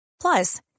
Plus